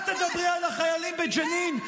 אל תדברי על החיילים בג'נין,